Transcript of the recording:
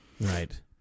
Right